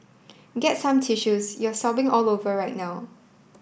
get some tissues you're sobbing all over right now